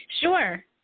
Sure